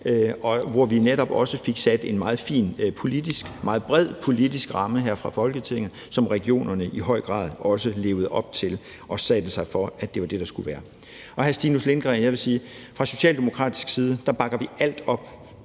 hvor vi netop også fik sat en meget fin og meget bred politisk ramme her fra Folketingets side, som regionerne også i høj grad levede op til, hvor de satte sig for, at det var sådan, det skulle være. Til hr. Stinus Lindgreen vil jeg sige, at vi fra Socialdemokratiets side bakker om alt